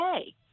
okay